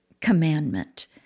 commandment